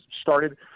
started